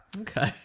Okay